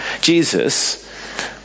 Jesus